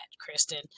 Kristen